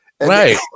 Right